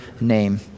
name